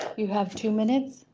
you have two minutes